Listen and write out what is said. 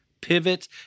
pivot